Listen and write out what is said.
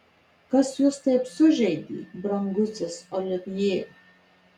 kas jūs taip sužeidė brangusis olivjė